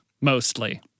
mostly